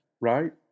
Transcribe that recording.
right